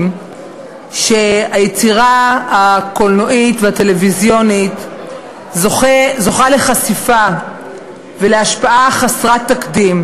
שהיצירה הקולנועית והטלוויזיונית זוכה לחשיפה ולהשפעה חסרות תקדים,